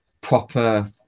proper